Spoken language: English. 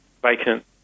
vacant